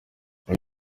uyu